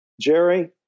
Jerry